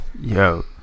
Yo